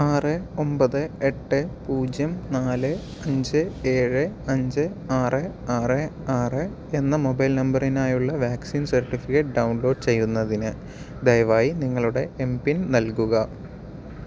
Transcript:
ആറ് ഒമ്പത് എട്ട് പൂജ്യം നാല് അഞ്ച് ഏഴ് അഞ്ച് ആറ് ആറ് ആറ് എന്ന മൊബൈൽ നമ്പറിനായുള്ള വാക്സിൻ സർട്ടിഫിക്കറ്റ് ഡൗൺലോഡ് ചെയ്യുന്നതിന് ദയവായി നിങ്ങളുടെ എം പിൻ നൽകുക